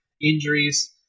injuries